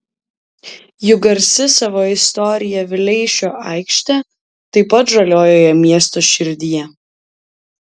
juk garsi savo istorija vileišio aikštė taip pat žaliojoje miesto širdyje